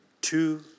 two